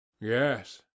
yes